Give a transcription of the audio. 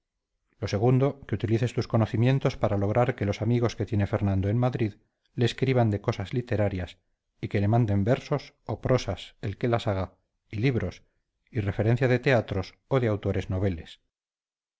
lo segundo que utilices tus conocimientos para lograr que los amigos que tiene fernando en madrid le escriban de cosas literarias y que le manden versos o prosas el que las haga y libros y referencia de teatros o de autores noveles